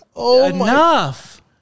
Enough